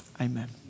Amen